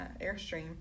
airstream